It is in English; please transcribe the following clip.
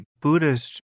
Buddhist